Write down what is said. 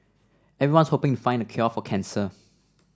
everyone's hoping to find the cure for cancer